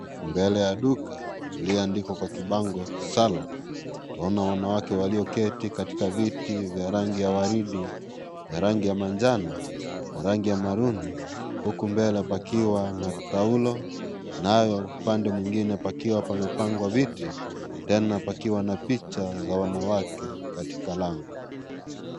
Mbele ya duka lililoandikwa kwa kibango salon , tunaona wanawake walioketi katika viti vya rangi ya waridi, vya rangi ya manjano na rangi ya maroon, huku mbele pakiwa na taulo, nayo upande mwingine pakiwa pamepangwa viti tena pakiwa na picha za wanawake katika lango.